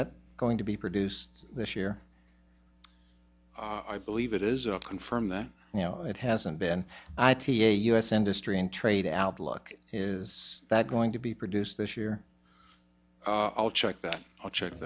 that going to be produced this year i believe it is confirm that you know it hasn't been ita u s industry and trade outlook is that going to be produced this year i'll check that i'll check